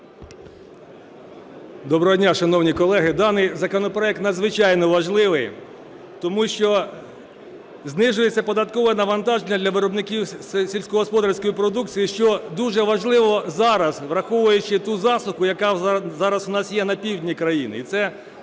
Доброго дня, шановні колеги. Даний законопроект надзвичайно важливий, тому що знижується податкове навантаження для виробників сільськогосподарської продукції, що дуже важливо зараз, враховуючи ту засуху, яка зараз у нас є на півдні країни.